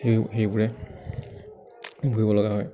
সেই সেইবোৰে বহিব লগা হয়